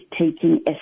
taking